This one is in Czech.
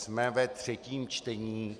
Jsme ve třetím čtení.